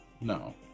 No